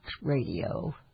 Radio